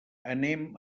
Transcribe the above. anem